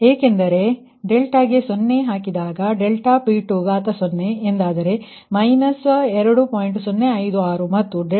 ಏಕೆಂದರೆ ಗೆ 0 ಹಾಕಿದಾಗ ∆P20 ಎಂದಾದರೆ 2